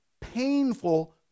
painful